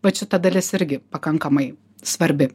vat šita dalis irgi pakankamai svarbi